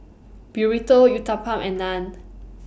Burrito Uthapam and Naan